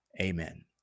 Amen